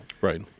Right